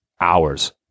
hours